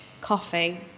Coffee